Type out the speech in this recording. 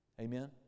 Amen